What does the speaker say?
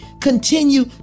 continue